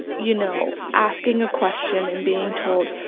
you know, asking a question and being told,